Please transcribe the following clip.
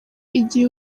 igihe